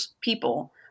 people